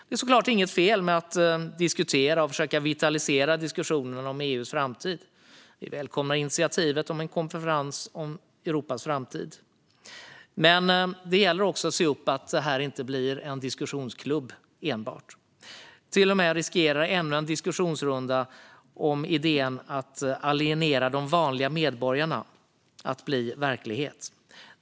Det är såklart inget fel med att diskutera och försöka vitalisera diskussionen om EU:s framtid. Vi välkomnar initiativet om en konferens om Europas framtid. Men det gäller också att se upp så att detta inte blir enbart en diskussionsklubb. Ännu en diskussionsrunda om idén om alienering av de vanliga medborgarna riskerar till och med att leda till att detta blir verklighet.